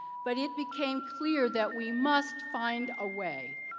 but it became clear that we must find a way,